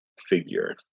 figure